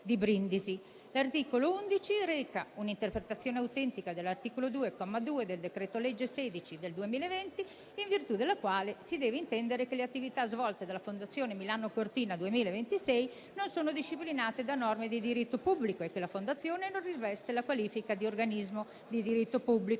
L'articolo 11 reca un'interpretazione autentica dell'articolo 2, comma 2, del decreto-legge n. 16 del 2020, in virtù della quale si deve intendere che le attività svolte dalla Fondazione Milano-Cortina 2026 non sono disciplinate da norme di diritto pubblico e che la Fondazione non riveste la qualifica di organismo di diritto pubblico.